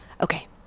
Okay